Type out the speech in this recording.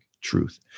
truth